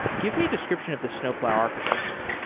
give me a description of the snowplow architecture.